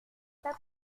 pas